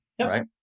Right